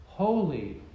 holy